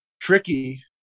tricky